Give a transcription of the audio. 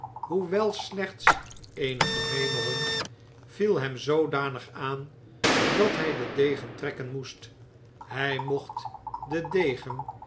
hoewel slechts eene gemeene hond viel hem zoodanig aan dat hij den degen trekken moest hij mocht den degen